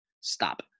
Stop